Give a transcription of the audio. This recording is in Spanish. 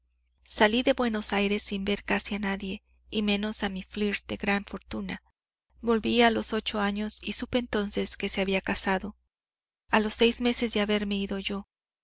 salí de buenos aires sin ver casi a nadie y menos a mi flirt de gran fortuna volví a los ocho años y supe entonces que se había casado a los seis meses de haberme ido yo